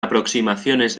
aproximaciones